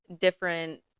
different